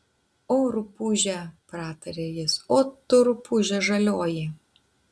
o rupūže pratarė jis o tu rupūže žalioji